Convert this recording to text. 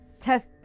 test